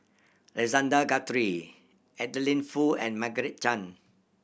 Alexander Guthrie Adeline Foo and Margaret Chan